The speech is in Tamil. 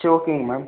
சரி ஓகேங்க மேம்